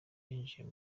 yinjiye